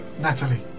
Natalie